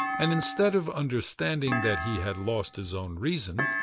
and instead of understanding that he had lost his own reason,